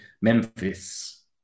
Memphis